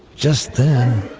just then